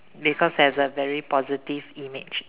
because there's a very positive image